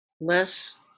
less